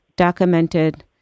Documented